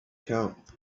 count